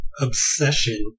obsession